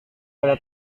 pada